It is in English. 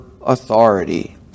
authority